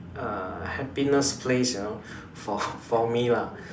err happiness place you know for for me lah